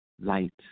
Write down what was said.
light